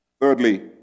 Thirdly